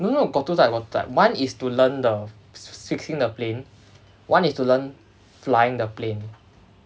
no no got two type got two type one is to learn the fi~ fixing the plane one is to learn flying the plane